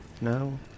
no